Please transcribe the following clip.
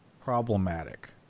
problematic